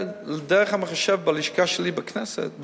דרך המחשב בלשכה שלי בכנסת,